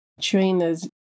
trainers